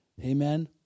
Amen